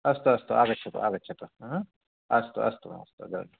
अस्तु अस्तु आगच्छतु आगच्छतु अस्तु अस्तु अस्तु